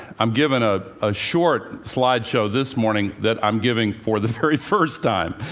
i'm giving a ah short slide show this morning that i'm giving for the very first time,